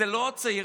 הם לא צעירים,